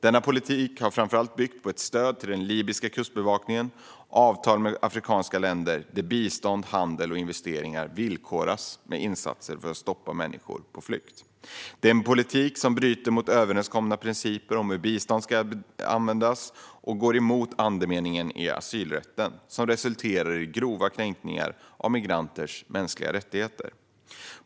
Denna politik har framför allt byggt på ett stöd till den libyska kustbevakningen och avtal med afrikanska stater där bistånd, handel och investeringar villkoras med insatser för att stoppa människor på flykt. Det är en politik som bryter mot överenskomna principer om hur bistånd ska användas, som går emot andemeningen i asylrätten och som har resulterat i grova kränkningar av migranters mänskliga rättigheter.